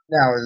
Now